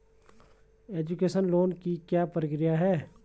Education loan की क्या प्रक्रिया है?